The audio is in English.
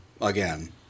again